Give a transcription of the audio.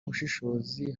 ubushishozi